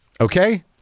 okay